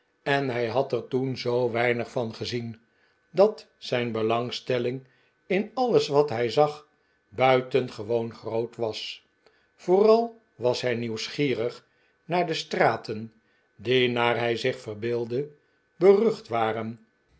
en hij had er toen zoo weinig van gezien dat zijn belangstelling in alles wat hij zag buitengewoon groot was vooral was hij nieuwsgierig naar die straten die naar hij zich verbeeldde berucht waren